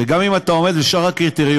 שגם אם אתה עומד בשאר הקריטריונים,